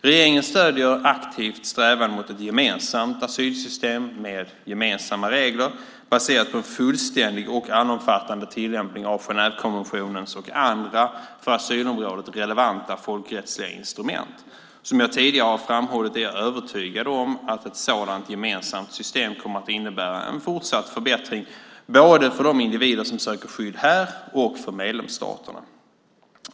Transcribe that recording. Regeringen stöder aktivt strävan mot ett gemensamt asylsystem med gemensamma regler, baserat på en fullständig och allomfattande tillämpning av Genèvekonventionens och andra för asylområdet relevanta folkrättsliga instrument. Som jag tidigare har framhållit är jag övertygad om att ett sådant gemensamt system kommer att innebära en fortsatt förbättring både för de individer som söker skydd här och för medlemsstaterna.